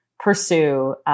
pursue